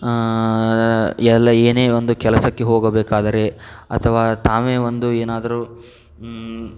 ಎಲ್ಲಾ ಏನೇ ಒಂದು ಕೆಲಸಕ್ಕೆ ಹೋಗಬೇಕಾದರೆ ಅಥವಾ ತಾವೇ ಒಂದು ಏನಾದರೂ